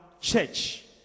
church